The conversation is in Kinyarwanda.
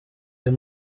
uyu